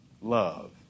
Love